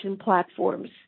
platforms